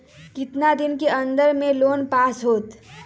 कितना दिन के अन्दर में लोन पास होत?